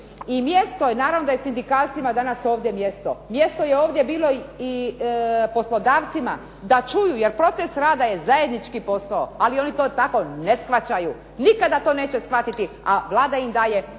I mjesto je, naravno da je sindikalcima danas ovdje mjesto. Mjesto je ovdje bilo i poslodavcima da čuju jer proces rada je zajednički, ali to tako ne shvaćaju. Nikada to neće shvatiti, a Vlada im daje u tom